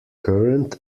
current